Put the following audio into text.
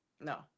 No